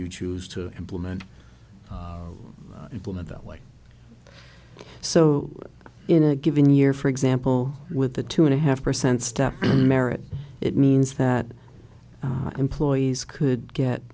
you choose to implement implement that way so in a given year for example with a two and a half percent step on merit it means that employees could get